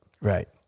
Right